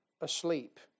asleep